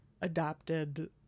adopted